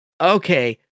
okay